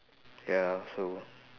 ya so